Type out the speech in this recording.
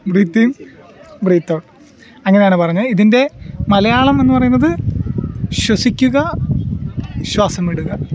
breath in breathe out അങ്ങനെയാണ് പറഞ്ഞത് ഇതിൻ്റെ മലയാളം എന്ന് പറയുന്നത് ശ്വസിക്കുക ശ്വാസം വിടുക